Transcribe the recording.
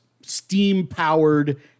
steam-powered